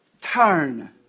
turn